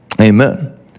Amen